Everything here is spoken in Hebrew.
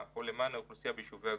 או למען האוכלוסייה או ביישובי הגבול,